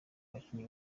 abakinnyi